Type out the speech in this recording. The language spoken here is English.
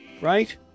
right